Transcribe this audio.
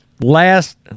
last